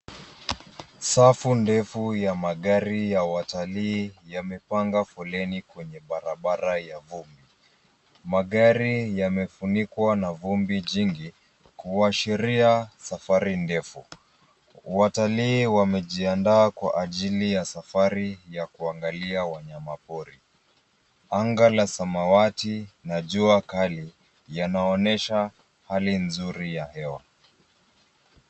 Safu ndefu ya magari ya watalii yamepanga foleni kwenye barabara ya vumbi. Magari yamefunikwa na vumbi jingi, kuashiria safari ndefu, watalii wamejiandaa kwa ajili ya safari ya kuangalia wanyama pori. Anga la samawati na jua kali yanaonyesha hali nzuri ya hewa.